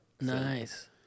nice